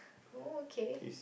oh okay